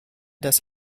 das